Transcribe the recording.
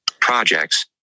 Projects